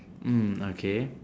mm okay